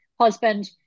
husband